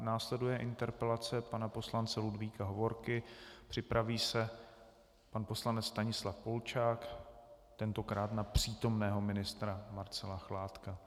Následuje interpelace pana poslance Ludvíka Hovorky, připraví se pan poslanec Stanislav Polčák, tentokrát na přítomného ministra Marcela Chládka.